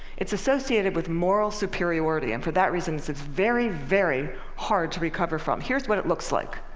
it's associated with moral superiority. and for that reason, it's it's very, very hard to recover from. here's what it looks like.